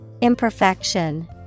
Imperfection